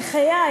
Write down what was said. בחיי,